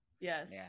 Yes